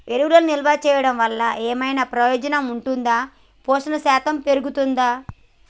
ఎరువులను నిల్వ చేయడం వల్ల ఏమైనా ఉపయోగం ఉంటుందా పోషణ శాతం పెరుగుతదా?